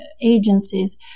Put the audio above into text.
agencies